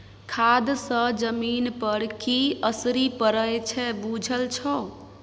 खाद सँ जमीन पर की असरि पड़य छै बुझल छौ